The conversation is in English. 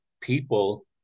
people